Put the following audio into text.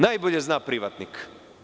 Najbolje zna privatnik.